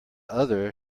other